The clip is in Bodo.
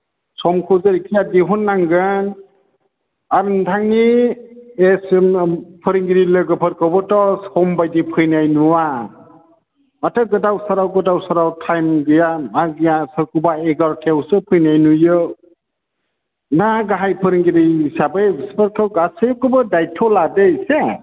समखौ जेरैखि जाया दिहुन नांगोन आर नोंथांनि फोरोंगिरि लोगोफोरखौबोथ' सम बायदियै फैनाय नुवा माथो गोदाव सोराव गोदाव सोराव टाइम गैया मा गैया सोरखौबा एगार'थायावसो फैनाय नुयो ना गाहाय फोरोंगिरि हिसाबै सिफसथ' गासैखौबो दाइथ' लादो एसे